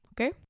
okay